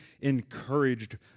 encouraged